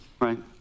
Right